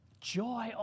joy